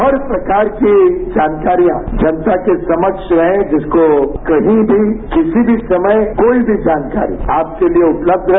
हर प्रकार की जानकारियां जनता के सम्ह रहे जिसको कही भी किसी भी समय कोई भी जानकारी आपके लिए उपलब्ध रहे